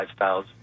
Lifestyles